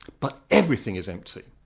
but everything is empty.